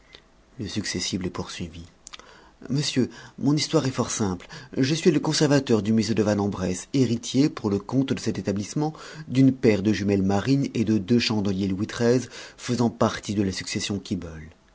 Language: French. le successible poursuivit monsieur mon histoire est fort simple je suis le conservateur du musée de vanne en bresse héritier pour le compte de cet établissement d'une paire de jumelles marines et de deux chandeliers louis xiii faisant partie de la succession